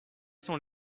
sont